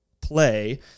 play